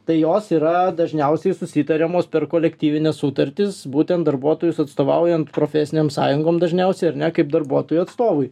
tai jos yra dažniausiai susitariamos per kolektyvines sutartis būtent darbuotojus atstovaujant profesinėm sąjungom dažniausiai ar ne kaip darbuotojų atstovui